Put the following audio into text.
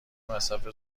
مصرف